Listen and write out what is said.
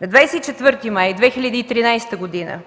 На 24 май 2013 г.